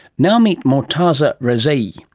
now meet mortaza rezae, yeah